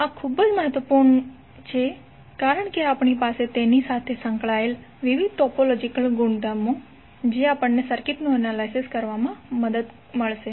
આ ખૂબ મહત્વનું છે કારણ કે આપણી પાસે તેની સાથે સંકળાયેલ વિવિધ ટોપોલોજીકલ ગુણધર્મો છે જે આપણને સર્કિટનું એનાલિસિસ કરવામાં મદદ કરશે